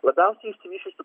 labiausiai išsivysčiusių